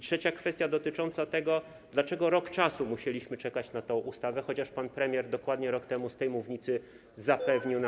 Trzecia kwestia dotyczy tego, dlaczego rok musieliśmy czekać na tę ustawę, chociaż pan premier dokładnie rok temu z tej mównicy zapewnił nas.